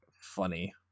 funny